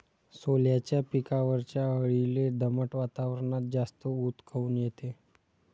सोल्याच्या पिकावरच्या अळीले दमट वातावरनात जास्त ऊत काऊन येते?